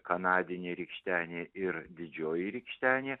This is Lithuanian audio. kanadinė rykštenė ir didžioji rykštenė